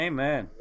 Amen